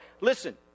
Listen